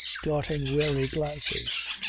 darting wary glances.